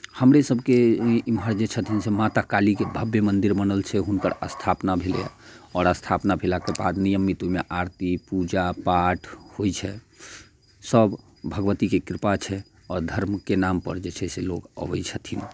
हमरे सबके इमहर जे छथिन से माता कालीके भव्य मन्दिर बनल छै हुनकर स्थापना भेलैय आओर स्थापना भेलाकऽ बाद नियमित ओइमे आरती पूजा पाठ होइ छै सब भगबती के कृपा छै और धर्म के नाम पर जे छै से लोग अबै छथिन